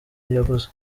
yavuze